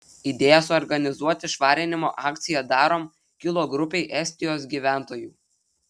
idėja suorganizuoti švarinimo akciją darom kilo grupei estijos gyventojų